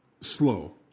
slow